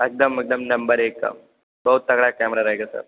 एकदम एकदम नंबर एक का बहुत तगड़ा कैमरा रहेगा सर